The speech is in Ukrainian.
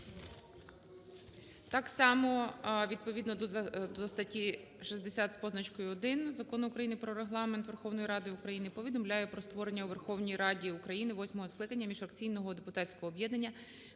роботи. Відповідно до статті 60 з позначкою 1 Закону України "Про Регламент Верховної Ради України" повідомляю про створення у Верховній Раді України восьмого скликання міжфракційного депутатського об'єднання